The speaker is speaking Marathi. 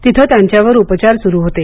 तिथं त्यांच्यावर उपचार सुरू होते